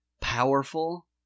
powerful